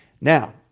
Now